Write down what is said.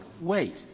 wait